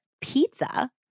pizza